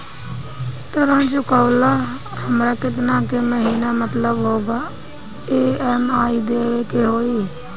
ऋण चुकावेला हमरा केतना के महीना मतलब ई.एम.आई देवे के होई?